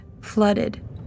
flooded